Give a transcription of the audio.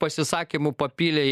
pasisakymų papylė į